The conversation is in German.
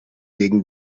gegen